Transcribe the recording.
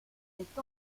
est